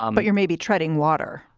um but you're maybe treading water.